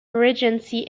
regency